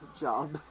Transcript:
job